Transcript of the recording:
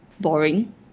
boring